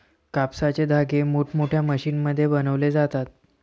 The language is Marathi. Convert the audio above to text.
कापसाचे धागे मोठमोठ्या मशीनमध्ये बनवले जातात